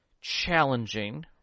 challenging